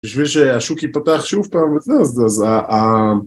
בשביל שהשוק ייפתח שוב פעם.